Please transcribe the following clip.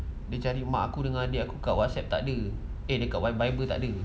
dia cari mak aku dengan adik kat WhatsApp takde eh dekat Viber takde